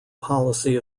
policy